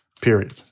period